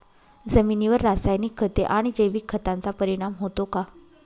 जमिनीवर रासायनिक खते आणि जैविक खतांचा परिणाम होतो का?